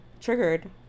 triggered